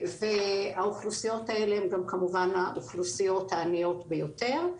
והאוכלוסיות האלה הן גם כמובן האוכלוסיות העניות ביותר.